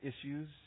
issues